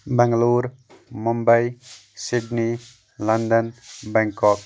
Bangalore Mumbai Sydney London Bangkok